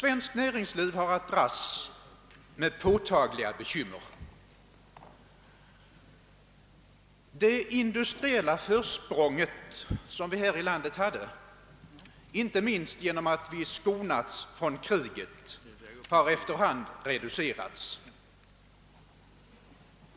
Svenskt näringsliv har att kämpa med påtagliga bekymmer. Det industriella försprång som vi hade här i landet, inte minst genom att vi förskonades från kriget, har efter hand reducerats.